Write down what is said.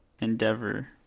endeavor